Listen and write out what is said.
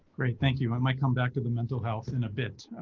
great, thank you. i might come back to the mental health in a bit.